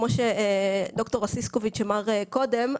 כמו שד"ר אסיסקוביץ' אמר קודם,